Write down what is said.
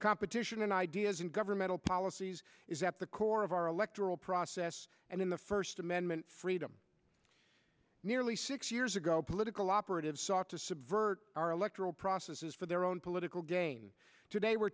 competition in ideas and governmental policies is at the core of our electoral process and in the first amendment freedom nearly six years ago political operatives sought to subvert our electoral processes for their own political gain today we're